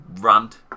rant